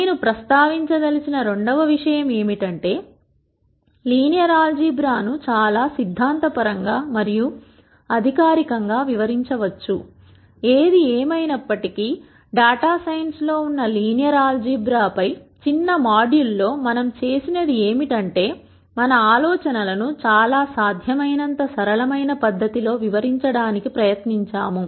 నేను ప్రస్తావించ దలిచిన రెండవ విషయం ఏమిటంటే లీనియర్ ఆల్ జీబ్రా ను చాలా సిద్ధాంత పరంగా మరియు అధికారికం గా వివరించవచ్చు ఏది ఏమయినప్పటికీ డేటా సైన్స్ లో ఉన్న లీనియర్ ఆల్ జీబ్రాపై చిన్న మాడ్యూల్లో మనం చేసినది ఏమిటంటే మన ఆలోచనలను చాలా సాధ్యమైనంత సరళమైన పద్ధతి లో వివరించడానికి ప్రయత్నించాము